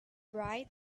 bright